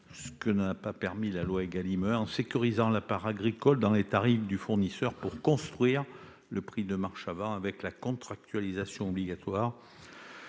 ce que n'a pas permis la loi Égalim 1 -en sécurisant la part agricole dans les tarifs du fournisseur, pour « construire le prix en marche avant » dans le cadre d'une contractualisation obligatoire